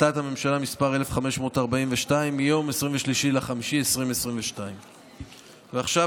החלטת ממשלה מס' 1542 מיום 23 במאי 2022. ועכשיו,